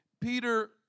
Peter